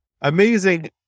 amazing